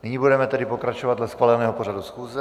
Nyní budeme tedy pokračovat dle schváleného pořadu schůze.